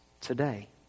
today